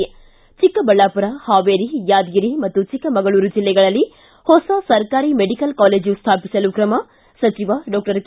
ಿ ಚಿಕ್ಕಬಳ್ಳಾಪುರ ಹಾವೇರಿ ಯಾದಗಿರಿ ಮತ್ತು ಚಿಕ್ಕಮಗಳೂರು ಜಿಲ್ಲೆಗಳಲ್ಲಿ ಹೊಸ ಸರ್ಕಾರಿ ಮೆಡಿಕಲ್ ಕಾಲೇಜು ಸ್ಟಾಪಿಸಲು ಕ್ರಮ ಸಚಿವ ಡಾಕ್ಟರ್ ಕೆ